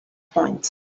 point